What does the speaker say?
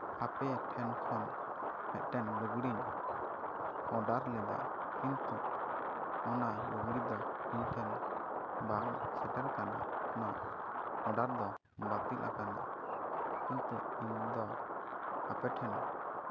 ᱟᱯᱮ ᱴᱷᱮᱱ ᱠᱷᱚᱱ ᱢᱤᱫᱴᱮᱱ ᱞᱩᱜᱽᱲᱤᱡᱤᱧ ᱚᱰᱟᱨ ᱞᱮᱫᱟ ᱠᱤᱱᱛᱩ ᱚᱱᱟ ᱞᱩᱜᱽᱲᱤᱡ ᱫᱚ ᱤᱧ ᱴᱷᱮᱱ ᱵᱟᱝ ᱥᱮᱴᱮᱨ ᱠᱟᱱᱟ ᱚᱰᱟᱨ ᱫᱚ ᱵᱟᱹᱛᱤᱞ ᱟᱠᱟᱱᱟ ᱠᱤᱱᱛᱩ ᱤᱧ ᱫᱚ ᱟᱯᱮ ᱴᱷᱮᱱ